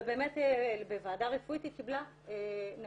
ובאמת בוועדה רפואית היא קיבלה נכות,